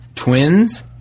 Twins